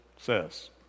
says